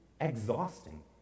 exhausting